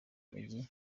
mujyi